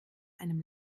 einem